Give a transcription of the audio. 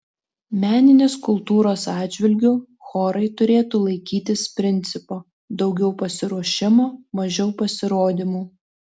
meninės kultūros atžvilgiu chorai turėtų laikytis principo daugiau pasiruošimo mažiau pasirodymų